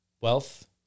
wealth